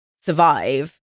survive